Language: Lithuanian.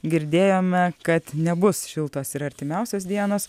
girdėjome kad nebus šiltos ir artimiausios dienos